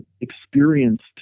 experienced